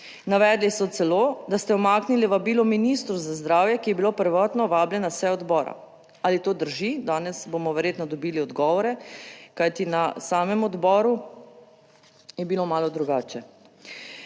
Navedli so celo, da ste umaknili vabilo ministru za zdravje, ki je bilo prvotno vabljen na sejo odbora. Ali to drži? Danes bomo verjetno dobili odgovore. Kajti, na samem odboru je bilo malo drugače.